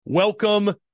Welcome